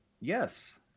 Yes